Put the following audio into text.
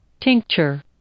Tincture